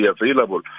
available